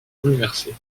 bouleversé